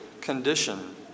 condition